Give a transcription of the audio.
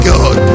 God